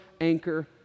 anchor